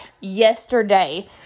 yesterday